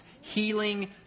healing